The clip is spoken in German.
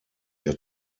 der